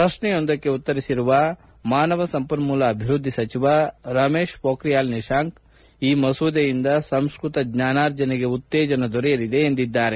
ಪ್ರಶ್ನೆಯೊಂದಕ್ಕೆ ಉತ್ತರಿಸಿದ ಮಾನವ ಸಂಪನ್ಮೂಲ ಅಭಿವೃದ್ಧಿ ಸಚಿವ ರಮೇಶ್ ಪೊಬ್ರಿಯಾಲ್ ನಿಶಾಂಕ್ ಈ ಮಸೂದೆಯಿಂದ ಸಂಸ್ಕೃತ ಜ್ಞಾನರ್ಜನೆಗೆ ಉತ್ತೇಜನ ದೊರೆಯಲಿದೆ ಎಂದಿದ್ದಾರೆ